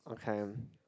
okay